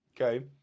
okay